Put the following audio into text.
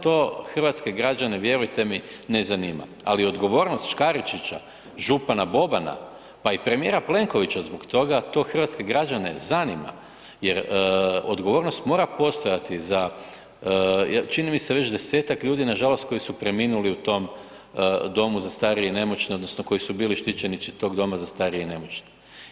To hrvatske građane, vjerujte mi, ne zanima, ali odgovornost Škaričića, župana Bobana pa i premijera Plenkovića zbog toga, to hrvatske građane zanima jer odgovornost mora postojati za čini mi se već 10-ak ljudi nažalost koji su preminuli u tom domu za starije i nemoćne odnosno koji su bili štićenici tog doma za starije i nemoćne.